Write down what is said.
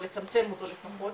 או לצמצם אותו לפחות.